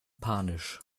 panisch